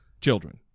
children